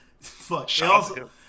fuck